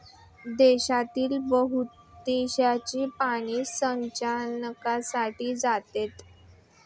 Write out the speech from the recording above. देशातील बहुतांश पाणी सिंचनासाठी जाते